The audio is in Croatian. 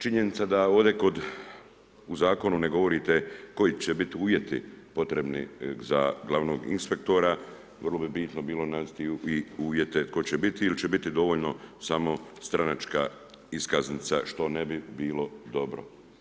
Činjenica da ovdje kod, u zakonu ne govorite koji će biti uvjeti potrebni za glavnog inspektora, vrlo bi bitno bilo navesti i uvjete tko će biti ili će biti dovoljno samo stranačka iskaznica što ne bi bilo dobro.